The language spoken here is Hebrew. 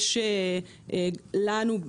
לנו,